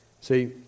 See